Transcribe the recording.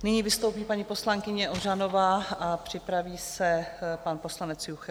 Nyní vystoupí paní poslankyně Ožanová a připraví se pan poslanec Juchelka.